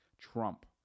Trump